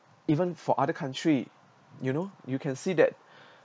even for other country you know you can see that